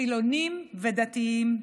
חילונים ודתיים,